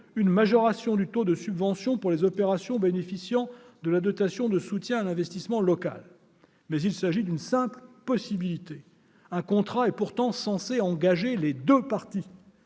une majoration du taux de subvention pour les opérations bénéficiant de la dotation de soutien à l'investissement local ». Mais il s'agit d'une simple possibilité. Un contrat est pourtant censé engager les deux parties.